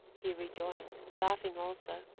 he rejoined, laughing also.